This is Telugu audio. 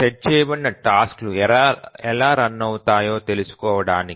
సెట్ చేయబడిన టాస్క్ లు ఎలా రన్ అవుతాయో తెలుసుకోవడానికి